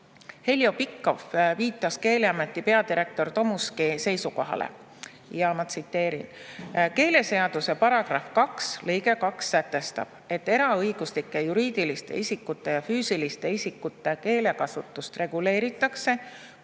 Heljo Pikhof viitas Keeleameti peadirektori Tomuski seisukohale. Ma tsiteerin: "Keeleseaduse § 2 lõige 2 sätestab, et eraõiguslike juriidiliste isikute ja füüsiliste isikute keelekasutust reguleeritakse,